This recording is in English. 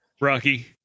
Rocky